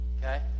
okay